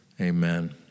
Amen